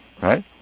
right